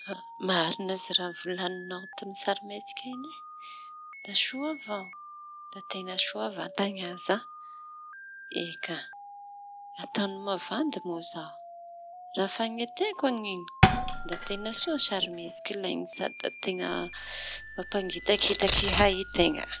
Marina aza raha volañinao tamy sarimihetsiky iñy da soa avao; da teña soa vatany aza. Eka, ataony mavandy moa zaho raha efa neteko an'iñy da teña soa sarimihetsiky iñy da teña mampagitakitaky hay teña.